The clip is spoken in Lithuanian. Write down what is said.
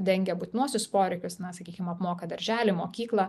dengia būtinuosius poreikius na sakykim apmoka darželį mokyklą